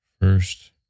First